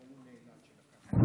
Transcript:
אדוני היושב-ראש, חברי השר חמד עמאר,